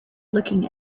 looking